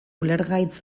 ulergaitz